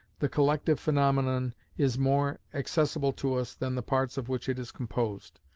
the collective phaenomenon is more accessible to us than the parts of which it is composed.